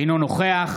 אינו נוכח